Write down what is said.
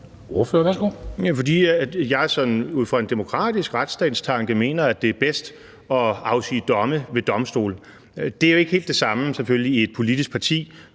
Fordi jeg sådan ud fra en demokratisk retsstatstanke mener, at det er bedst at afsige domme ved domstole. Det er jo selvfølgelig ikke helt det samme i et politisk parti,